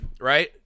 right